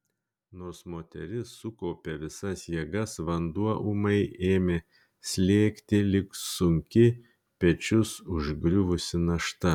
nors moteris sukaupė visas jėgas vanduo ūmai ėmė slėgti lyg sunki pečius užgriuvusi našta